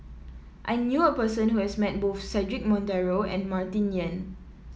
I knew a person who has met both Cedric Monteiro and Martin Yan